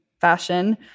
fashion